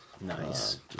Nice